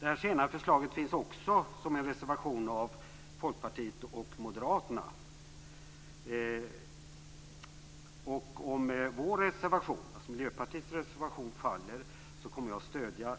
Detta förslag finns också i en reservation av Folkpartiet och Moderaterna. Om vår reservation, alltså Miljöpartiets reservation, faller så kommer jag att stödja